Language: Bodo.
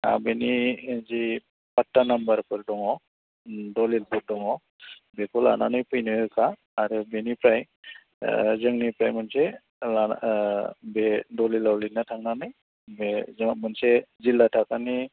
आरो बेनि जि पाट्टा नाम्बारफोर दङ दलिलफोर दङ बेखौ लानानै फैनो होखा आरो बेनिफ्राय जोंनिफ्राय मोनसे लाना बे दलिनाव लिरनाय थांनानै बे जा मोनसे जिल्ला थाखोनि